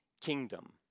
kingdom